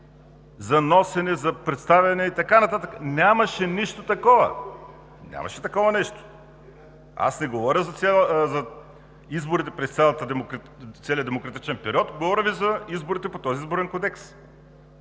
за носене, за представяне и така нататък. Нямаше нищо такова! Нямаше такова нещо! Не говоря за изборите през целия демократичен период. Говоря Ви за изборите по този Изборен кодекс.